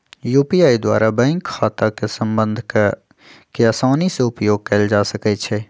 UPI द्वारा bank खता के संबद्ध कऽ के असानी से उपयोग कयल जा सकइ छै